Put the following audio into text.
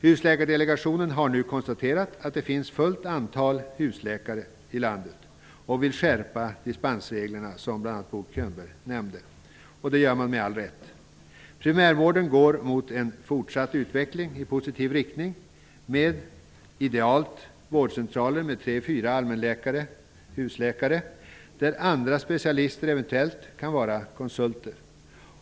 Husläkardelegationen har nu konstaterat att det finns ett fullt antal husläkare i landet och vill skärpa dispensreglerna -- som bl.a. Bo Könberg nämnde. Det gör man med all rätt. Primärvården går mot en fortsatt utveckling i positiv riktning med idealt sett vårdcentraler med 3--4 allmänläkare -- husläkare -- där andra specialister eventuellt kan vara konsulter.